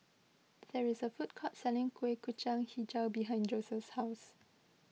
there is a food court selling Kueh Kacang HiJau behind Joseph's house